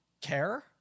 care